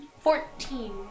Fourteen